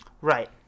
Right